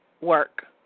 work